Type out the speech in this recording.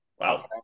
wow